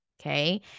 okay